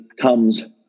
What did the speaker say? comes